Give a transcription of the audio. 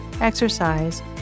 exercise